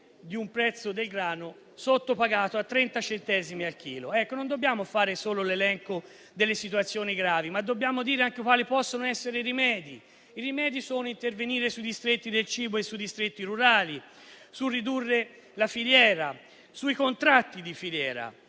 di un prezzo del grano sottopagato a 30 centesimi al chilogrammo. Non dobbiamo fare solo l'elenco delle situazioni gravi, ma dobbiamo dire anche quali possono essere i rimedi: intervenire sui distretti del cibo e sui distretti rurali, ridurre la filiera, intervenire sui contratti di filiera